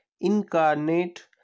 Incarnate